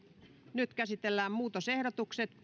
nyt käsitellään muutosehdotukset